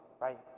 right